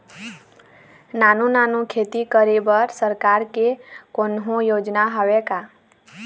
नानू नानू खेती करे बर सरकार के कोन्हो योजना हावे का?